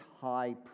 high